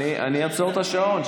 אני אעצור את השעון.